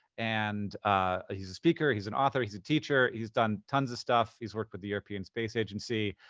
and ah he's a speaker, he's an author, he's a teacher. he's done tons of stuff. he's worked with the european space agency.